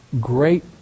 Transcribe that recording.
great